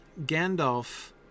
Gandalf